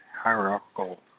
Hierarchical